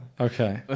Okay